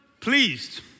pleased